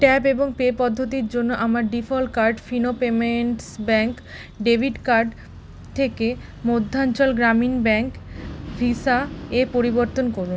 tap এবং pay পদ্ধতির জন্য আমার default card Fino payments bank debit card থেকে মধ্যাঞ্চল গ্রামীণ ব্যাঙ্ক ভিসা এ পরিবর্তন করুন